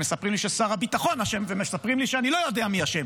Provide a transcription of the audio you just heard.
ומספרים לי ששר הביטחון אשם ומספרים לי שאני לא יודע מי אשם.